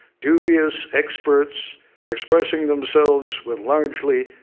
dubious experts expressing themselves with, largely,